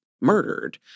murdered